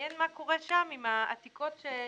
ומעניין מה קורה שם עם העתיקות של השכבות.